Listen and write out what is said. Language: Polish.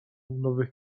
nowych